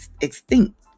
extinct